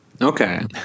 Okay